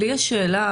לי יש שאלה.